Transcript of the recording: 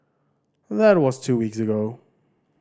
that was two weeks ago